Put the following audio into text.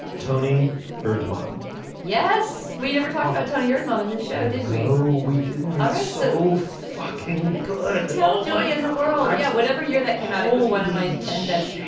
tony erdmann yes. we never talked about tony erdmann in the show, did we? no, we didn't. all right. so fucking bickell unintel joy yeah in the world. yeah. whatever year that came out, it was one of my ten best yeah